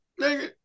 Nigga